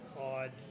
odd